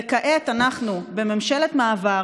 וכעת אנחנו בממשלת מעבר,